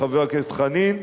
לחבר הכנסת חנין,